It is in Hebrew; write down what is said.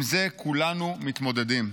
עם זה כולנו מתמודדים.